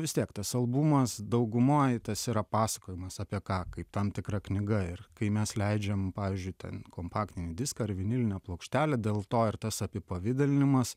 vis tiek tas albumas daugumoj tas yra pasakojimas apie ką kaip tam tikra knyga ir kai mes leidžiam pavyzdžiui ten kompaktinį diską ar vinilinę plokštelę dėl to ir tas apipavidalinimas